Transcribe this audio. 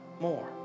More